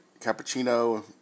cappuccino